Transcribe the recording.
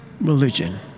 religion